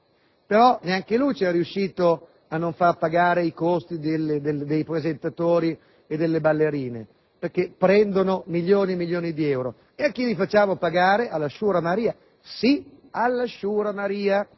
Però neanche lui è riuscito a non far pagare i costi dei presentatori e delle ballerine, che prendono milioni e milioni di euro. A chi li facciamo pagare? Alla sciura Maria? Sì, alla sciura Maria,